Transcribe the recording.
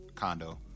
condo